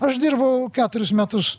aš dirbau keturis metus